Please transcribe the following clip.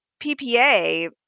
PPA